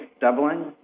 doubling